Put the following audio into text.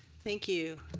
thank you.